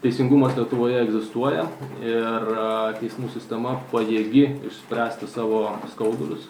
teisingumas lietuvoje egzistuoja ir teismų sistema pajėgi išspręsti savo skaudulius